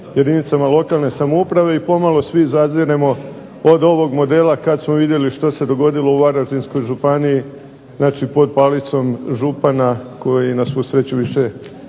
jedinicama lokalne samouprave i pomalo svi zaziremo od ovoga modela kada smo vidjeli što se dogodilo u Varaždinskoj županiji pod palicom župana koji na svu sreću više nije